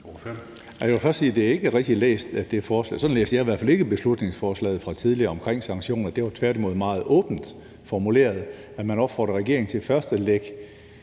jeg vil faktisk sige, at det ikke er rigtigt læst. Sådan læser jeg i hvert fald ikke det beslutningsforslag, vi havde tidligere, om sanktioner. Det var tværtimod meget åbent formuleret, altså at man opfordrer regeringen til først at